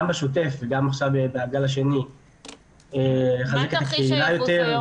גם בשוטף וגם בגל השני --- מה תרחיש הייחוס היום?